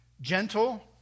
Gentle